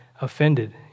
offended